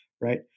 right